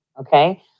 okay